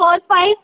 four five